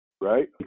Right